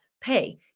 pay